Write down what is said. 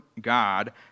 God